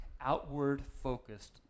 outward-focused